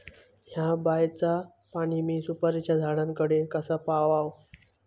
हया बायचा पाणी मी सुपारीच्या झाडान कडे कसा पावाव?